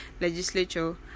legislature